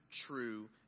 true